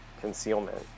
concealment